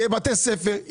יהיו בתי ספר,